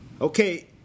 Okay